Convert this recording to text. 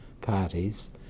parties